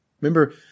Remember